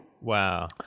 Wow